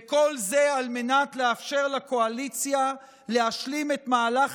וכל זה על מנת לאפשר לקואליציה להשלים את מהלך